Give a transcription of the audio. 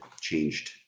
changed